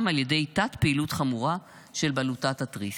על ידי תת-פעילות חמורה של בלוטת התריס.